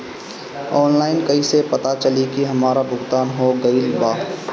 Online कईसे पता चली की हमार भुगतान हो गईल बा?